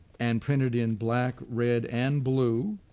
and printed in black, red, and blue,